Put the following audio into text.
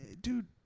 dude